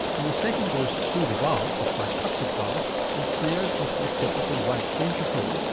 and the second goes through the valve, the tricuspid valve and snares into the tip of the right ventricle.